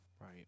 Right